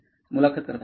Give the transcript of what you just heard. मुलाखतकर्ता मस्त